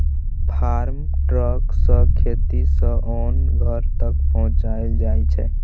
farm truck सँ खेत सँ ओन घर तक पहुँचाएल जाइ छै